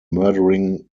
murdering